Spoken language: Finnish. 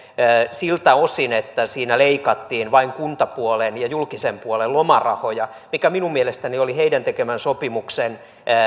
siltä osin että siinä leikattiin vain kuntapuolen ja julkisen puolen lomarahoja mikä minun mielestäni oli tällainen heidän tekemänsä sopimuksen